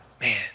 man